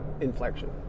inflection